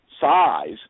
size